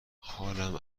حالم